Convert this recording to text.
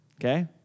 Okay